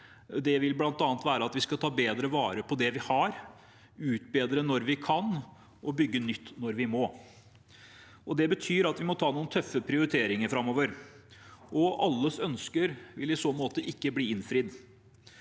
Det vil bl.a. være at vi skal ta bedre vare på det vi har, utbedre når vi kan, og bygge nytt når vi må. Det betyr at vi må foreta noen tøffe prioriteringer framover. Alles ønsker vil i så måte ikke bli innfridd,